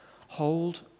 Hold